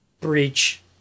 breach